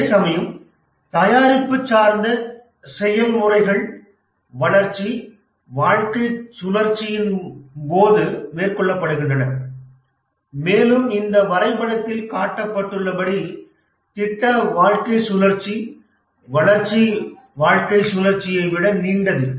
அதேசமயம் தயாரிப்பு சார்ந்த செயல்முறைகள் வளர்ச்சி வாழ்க்கைச் சுழற்சியின் போது மேற்கொள்ளப்படுகின்றன மேலும் இந்த வரைபடத்தில் காட்டப்பட்டுள்ளபடி திட்ட வாழ்க்கைச் சுழற்சி வளர்ச்சி வாழ்க்கைச் சுழற்சியை விட நீண்டது